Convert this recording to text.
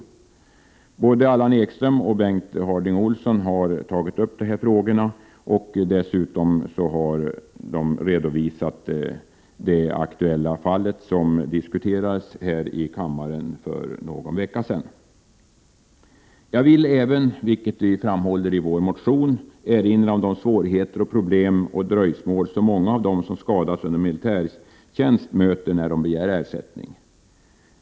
23 november 1988 Både Allan Ekström och Bengt Harding Olson har tagit upp dessa frågor. ———— De har dessutom redovisat det aktuella fall som diskuterades här i kammaren för någon vecka sedan. Jag vill även erinra om — vilket vi framhåller i vår motion — de svårigheter, problem och dröjsmål som många av dem som skadats under militärtjänst möter när de begär ersättning.